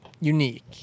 unique